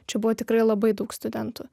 čia buvo tikrai labai daug studentų